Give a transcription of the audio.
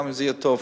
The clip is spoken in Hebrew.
גם אם זה יהיה טוב,